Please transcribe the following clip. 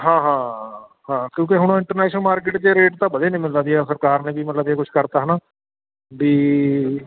ਹਾਂ ਹਾਂ ਹਾਂ ਹਾਂ ਕਿਉਂਕਿ ਹੁਣ ਇੰਟਰਨੈਸ਼ਨਲ ਮਾਰਕੀਟ 'ਚ ਰੇਟ ਤਾਂ ਵਧੇ ਨਹੀਂ ਮੈਨੂੰ ਲੱਗਦੀ ਸਰਕਾਰ ਨੇ ਵੀ ਮਤਲਬ ਜੇ ਕੁਛ ਕਰਤਾ ਹੈ ਨਾ ਵੀ